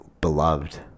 beloved